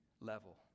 level